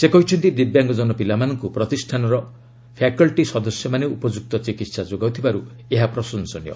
ସେ କହିଛନ୍ତି ଦିବ୍ୟାଙ୍ଗଜନ ପିଲାମାନଙ୍କୁ ପ୍ରତିଷ୍ଠାନର ଫ୍ୟାକଲ୍ଟି ସଦସ୍ୟମାନେ ଉପଯୁକ୍ତ ଚିକିତ୍ସା ଯୋଗାଉଥିବାରୁ ଏହା ପ୍ରଶଂସନୀୟ